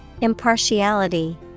Impartiality